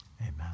Amen